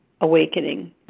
awakening